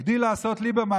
הגדיל לעשות ליברמן,